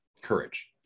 courage